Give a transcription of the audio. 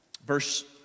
Verse